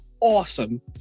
awesome